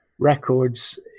Records